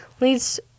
leads